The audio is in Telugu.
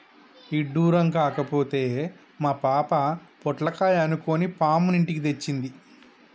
ఇడ్డురం కాకపోతే మా పాప పొట్లకాయ అనుకొని పాముని ఇంటికి తెచ్చింది